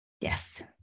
Yes